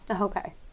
Okay